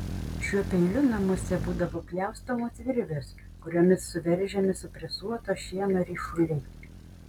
šiuo peiliu namuose būdavo pjaustomos virvės kuriomis suveržiami supresuoto šieno ryšuliai